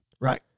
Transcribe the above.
Right